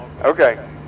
okay